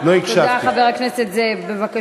תודה, חבר הכנסת זאב.